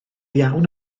iawn